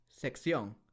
sección